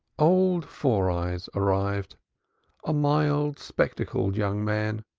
old four-eyes arrived a mild spectacled young man.